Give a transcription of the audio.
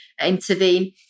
intervene